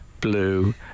blue